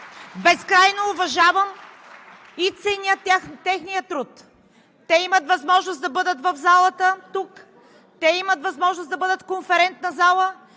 безкрайно уважавам и ценя техния труд, имат възможност да бъдат в залата, имат възможност да бъдат в конферентната зала,